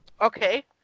Okay